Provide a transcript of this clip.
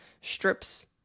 strips